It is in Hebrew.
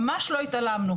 ממש לא התעלמנו,